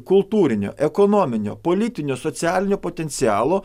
kultūrinio ekonominio politinio socialinio potencialo